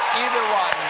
either one